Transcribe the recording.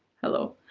hello.